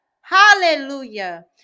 hallelujah